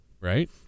right